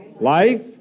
life